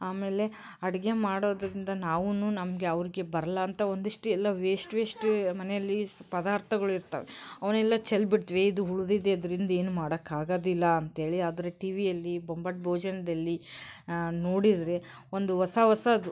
ಆಮೇಲೆ ಅಡುಗೆ ಮಾಡೋದರಿಂದ ನಾವೂ ನಮಗೆ ಅವ್ರಿಗೆ ಬರಲ್ಲಾಂತ ಒಂದಿಷ್ಟು ಎಲ್ಲ ವೇಶ್ಟ್ ವೇಶ್ಟ್ ಮನೆಯಲ್ಲಿ ಪದಾರ್ಥಗಳು ಇರ್ತವೆ ಅವನ್ನೆಲ್ಲ ಚೆಲ್ಲಿಬಿಡ್ತ್ವಿ ಇದು ಉಳ್ದಿದ್ದು ಇದ್ರಿಂದ ಏನ್ಮಾಡಕ್ಕಾಗೋದಿಲ್ಲ ಅಂತ್ಹೇಳಿ ಆದ್ರೆ ಟಿವಿಯಲ್ಲಿ ಬೊಂಬಾಟ್ ಭೋಜನದಲ್ಲಿ ನೋಡಿದರೆ ಒಂದು ಹೊಸ ಹೊಸದು